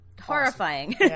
horrifying